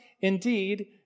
indeed